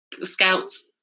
Scouts